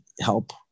help